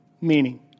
meaning